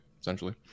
essentially